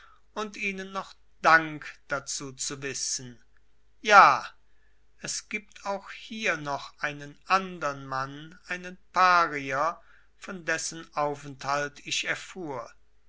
und ihnen noch dank dazu zu wissen ja es gibt auch hier noch einen andern mann einen parier von dessen aufenthalt ich erfuhr